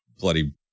bloody